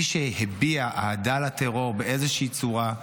מי שהביע אהדה לטרור באיזושהי צורה,